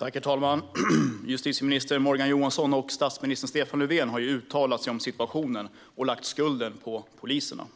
Herr talman! Justitieminister Morgan Johansson och statsminister Stefan Löfven har uttalat sig om situationen och lagt skulden på poliserna.